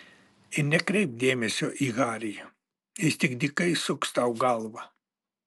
ir nekreipk dėmesio į harį jis tik dykai suks tau galvą